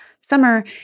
Summer